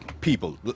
people